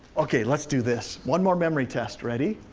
okay, let's do this. one more memory test, ready?